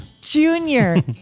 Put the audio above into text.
Junior